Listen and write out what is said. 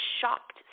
shocked